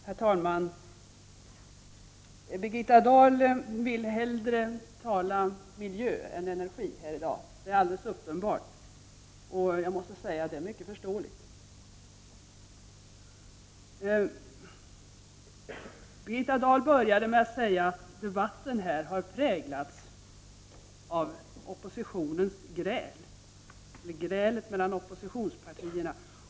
Herr talman! Birgitta Dahl vill hellre tala om miljö än om energi här i dag, det är alldeles uppenbart. Jag måste säga att det är mycket förståeligt. Birgitta Dahl började med att säga att debatten här har präglats av ett gräl mellan oppositionspartierna.